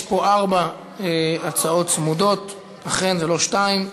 יש פה ארבע הצעות צמודות, אכן, ולא שתיים.